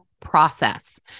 process